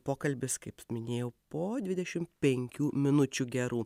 pokalbis kaip minėjau po dvidešim penkių minučių gerų